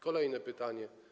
Kolejne pytanie.